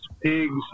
pigs